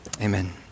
Amen